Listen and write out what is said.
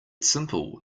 simple